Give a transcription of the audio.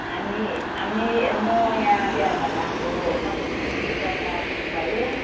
हामी हामी म यहाँ बिहा भएर आएको कति उन्तिस वर्ष भयो